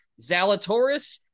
Zalatoris